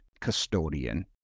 custodian